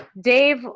Dave